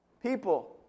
People